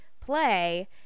play